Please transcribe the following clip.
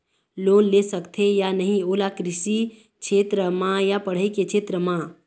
Loan ले सकथे या नहीं ओला कृषि क्षेत्र मा या पढ़ई के क्षेत्र मा?